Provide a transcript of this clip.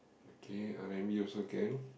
okay R-and-B also can